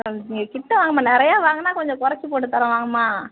சரி நீங்கள் கிட்ட வாங்கம்மா நிறைய வாங்கினா கொஞ்சம் குறச்சு போட்டு தரோம் வாங்கம்மா